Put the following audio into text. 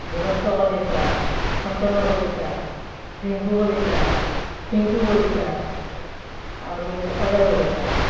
দিগন্ত কলিতা শান্তনু কলিতা ৰিংকু কলিতা টিংকু কলিতা আৰু অজয় কলিতা